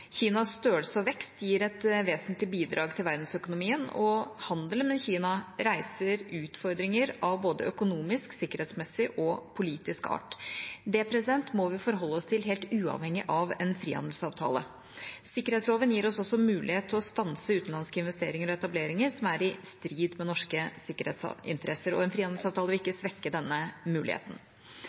Kinas størrelse og vekst gir et vesentlig bidrag til verdensøkonomien, og handelen med Kina reiser utfordringer av både økonomisk, sikkerhetsmessig og politisk art. Det må vi forholde oss til, helt uavhengig av en frihandelsavtale. Sikkerhetsloven gir oss mulighet til å stanse utenlandske investeringer og etableringer som er i strid med norske sikkerhetsinteresser, og en frihandelsavtale vil ikke svekke denne muligheten.